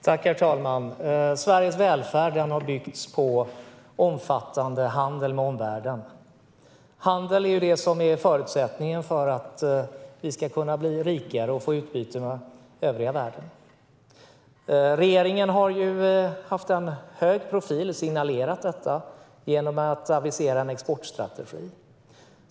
Herr talman! Sveriges välfärd har byggts på omfattande handel med omvärlden. Handel är förutsättningen för att vi ska kunna bli rikare och få utbyte med övriga världen. Regeringen har haft en hög profil och signalerat detta genom att avisera en exportstrategi.